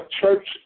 church